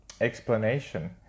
explanation